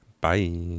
Bye